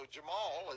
Jamal